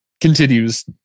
continues